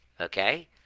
okay